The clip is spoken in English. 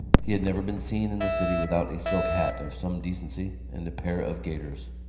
he had never been seen in the city without a silk hat of some decency and a pair of gaiters.